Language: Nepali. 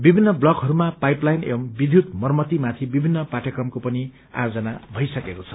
विभिन्न ब्लकहरूमा पाइप लाइन एवं विद्युत मरम्मतिमाथि विभिन्न पाठ्यक्रमको पनि आयोजन भइसकेको छ